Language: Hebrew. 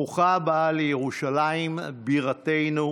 ברוכה הבאה לירושלים בירתנו,